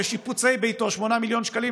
ושיפוצי ביתו, 8 מיליון שקלים